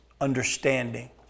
understanding